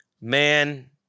Man